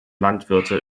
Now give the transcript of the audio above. landwirte